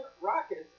Rockets